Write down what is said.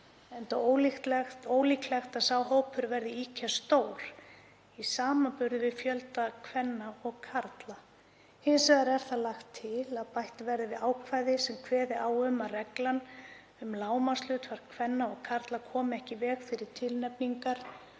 enda ólíklegt að sá hópur verði ýkja stór í samanburði við fjölda kvenna og karla. Hins vegar er þar lagt til að bætt verði við ákvæði sem kveði á um að reglan um lágmarkshlutfall kvenna og karla komi ekki í veg fyrir tilnefningar